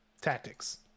tactics